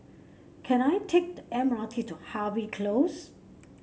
can I take the M R T to Harvey Close